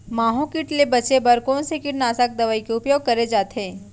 माहो किट ले बचे बर कोन से कीटनाशक दवई के उपयोग करे जाथे?